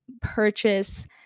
purchase